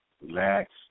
Relax